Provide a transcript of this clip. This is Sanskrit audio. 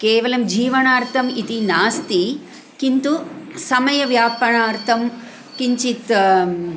केवलं जीवनार्थम् इति नास्ति किन्तु समयव्यापनार्थं किञ्चित्